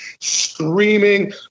screaming